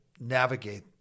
navigate